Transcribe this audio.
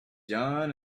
john